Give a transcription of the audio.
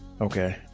Okay